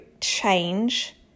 change